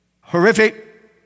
horrific